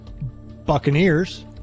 Buccaneers